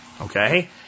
okay